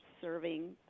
serving